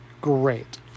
great